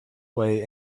way